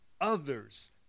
others